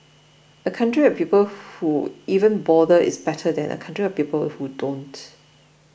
a country of people who even bother is better than a country of people who don't